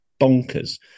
bonkers